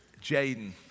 Jaden